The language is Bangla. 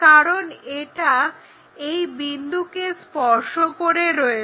কারণ এটা এই বিন্দুকে স্পর্শ করে আছে